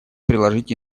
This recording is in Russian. приложить